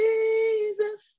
Jesus